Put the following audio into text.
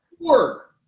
Four